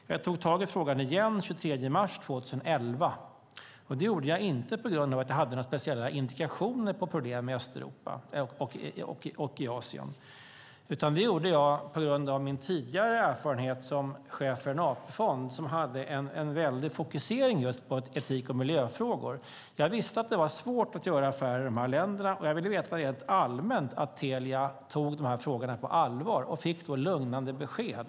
Jag tog tag i frågan igen den 23 mars 2011. Det gjorde jag inte för att jag hade några speciella indikationer på problem i Östeuropa och Asien, utan det gjorde jag på grund av min tidigare erfarenhet som chef för en AP-fond som hade en väldig fokusering just på etik och miljöfrågor. Jag visste att det var svårt att göra affärer med de här länderna. Jag ville veta rent allmänt att Telia tog de här frågorna på allvar och fick då lugnande besked.